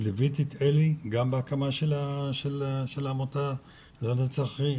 ליוויתי את אלי גם בהקמת העמותה 'לנצח אחי',